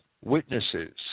witnesses